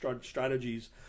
strategies